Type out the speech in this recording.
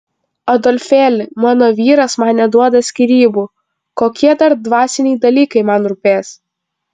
adolfėli mano vyras man neduoda skyrybų kokie dar dvasiniai dalykai man rūpės